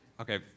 okay